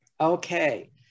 Okay